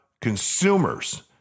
consumers